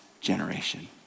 generation